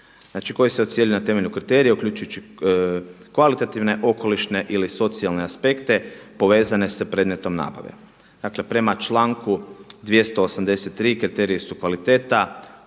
koji se ocjenjuje na temelju kriterija uključujući kvalitativne, okolišne ili socijalne aspekte povezane sa predmetom nabave. Dakle, prema članku 283. kriteriji su kvaliteta